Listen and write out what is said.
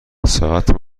ساعت